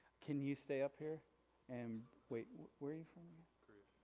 can you stay up here and wait where are you from? korea.